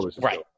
Right